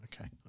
Okay